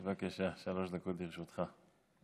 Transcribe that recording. בבקשה, שלוש דקות לרשותך.